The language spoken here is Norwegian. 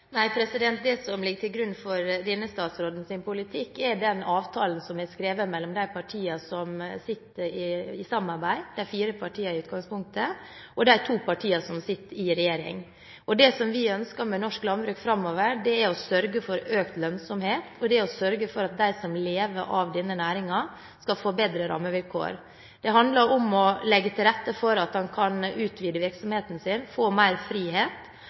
denne statsrådens politikk, er den avtalen som er skrevet mellom de partiene som samarbeider – de fire partiene i utgangspunktet – og de to partiene som sitter i regjering. Det som vi ønsker med norsk landbruk framover, er å sørge for økt lønnsomhet og for at de som lever av denne næringen, skal få bedre rammevilkår. Det handler om å legge til rette for at man kan utvide virksomheten sin, få mer frihet,